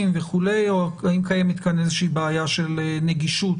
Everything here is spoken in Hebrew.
וכו' או האם קיימת כאן איזושהי בעיה של נגישות?